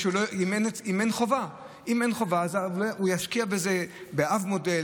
אם אין חובה הוא ישקיע באב-טיפוס,